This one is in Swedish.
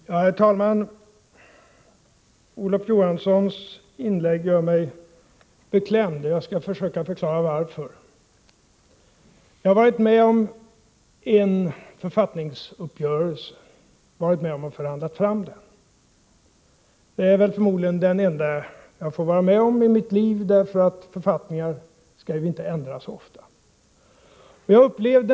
Herr talman! Olof Johanssons inlägg gör mig beklämd. Jag skall försöka förklara varför. Jag har varit med om en författningsuppgörelse. Jag var med om att förhandla fram den. Det är förmodligen den enda jag får vara med om i mitt liv. Författningar skall ju inte ändras ofta.